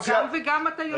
אבל אתה יודע